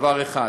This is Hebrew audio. דבר אחד.